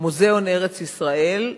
מוזיאון ארץ-ישראל,